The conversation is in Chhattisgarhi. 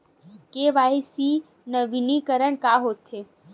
के.वाई.सी नवीनीकरण का होथे?